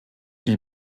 die